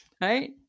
right